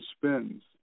spins